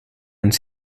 uns